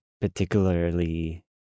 particularly